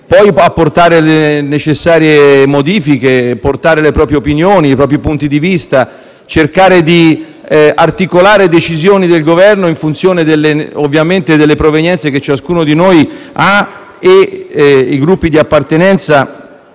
apportare le necessarie modifiche, portare le proprie opinioni e punti di vista, cercare di articolare decisioni del Governo in funzione delle provenienze di ciascuno di noi e del Gruppo di appartenenza,